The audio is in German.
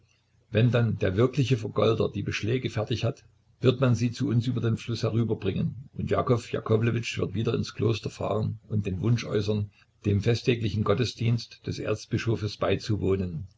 wenn dann der wirkliche vergolder die beschläge fertig hat wird man sie zu uns über den fluß herüberbringen und jakow jakowlewitsch wird wieder ins kloster fahren und den wunsch äußern dem festtäglichen gottesdienst des erzbischofes beizuwohnen